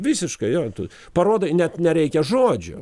visiškai jo tu parodai net nereikia žodžių